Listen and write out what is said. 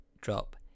drop